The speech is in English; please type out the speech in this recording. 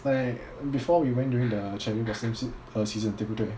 like before we went during the cherry blossom sea~ uh season 对不对